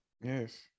Yes